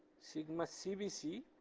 sigma cbc,